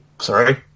sorry